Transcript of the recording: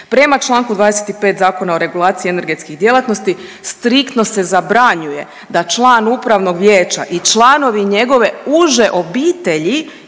Prema čl. 25 Zakona o regulaciji energetskih djelatnosti, striktno se zabranjuje da član Upravnog vijeća i članovi njegovi uže obitelji